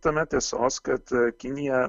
tame tiesos kad kinija